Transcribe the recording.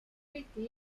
eriti